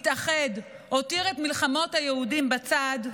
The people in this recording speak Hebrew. התאחד, הותיר את מלחמות היהודים בצד,